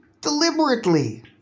deliberately